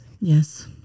yes